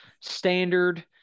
standard